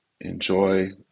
enjoy